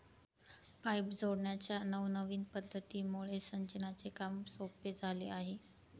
pipe जोडण्याच्या नवनविन पध्दतीमुळे सिंचनाचे काम सोपे झाले आहे